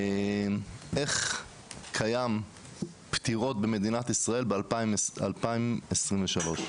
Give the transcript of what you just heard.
איך קיים פטירות במדינת ישראל ב-2023.